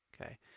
okay